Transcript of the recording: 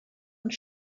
und